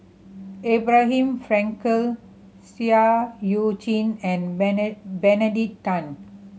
Abraham Frankel Seah Eu Chin and Benedict Tan